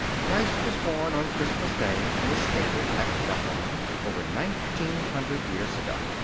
christ was born on christmas day in a stable at bethlehem, over nineteen hundred years ago.